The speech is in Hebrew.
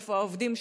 איפה העובדים שלהם?